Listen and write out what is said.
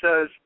says